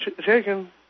chicken